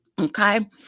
Okay